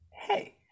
Hey